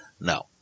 No